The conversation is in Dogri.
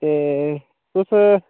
ते तुस